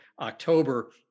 October